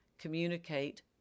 communicate